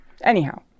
Anyhow